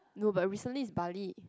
no but recently is Bali